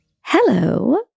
Hello